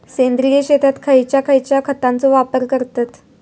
सेंद्रिय शेतात खयच्या खयच्या खतांचो वापर करतत?